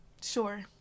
Sure